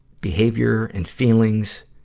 behavior and feelings